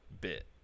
bit